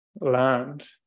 land